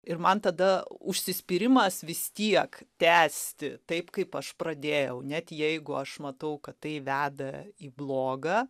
ir man tada užsispyrimas vis tiek tęsti taip kaip aš pradėjau net jeigu aš matau kad tai veda į blogą